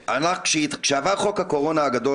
כשעבר חוק הקורונה הגדול,